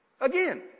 Again